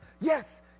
yes